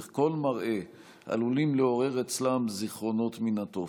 וכל מראה עלולים לעורר אצלם זיכרונות מן התופת.